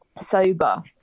sober